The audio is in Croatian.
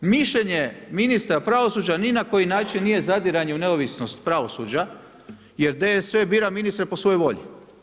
Mišljenje ministra pravosuđa ni na koji način nije zadiranje u neovisnost pravosuđa, jer DSV bira ministra po svojoj volji.